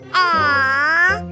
aww